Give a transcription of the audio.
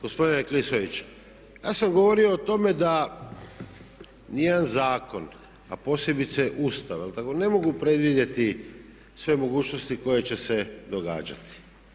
Gospodine Klisović ja sam govorio o tome da nijedan zakon, a posebice Ustav jel' tako, ne mogu predvidjeti sve mogućnosti koje će se događati.